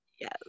Yes